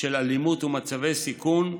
של אלימות ומצבי סיכון.